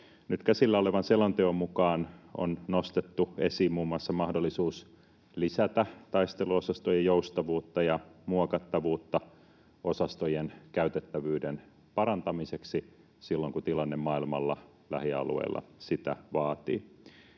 käsillä olevan selonteon mukaan on nostettu esiin muun muassa mahdollisuus lisätä taisteluosastojen joustavuutta ja muokattavuutta osastojen käytettävyyden parantamiseksi silloin, kun tilanne maailmalla, lähialueilla sitä vaatii.